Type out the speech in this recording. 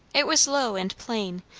it was low and plain,